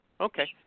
Okay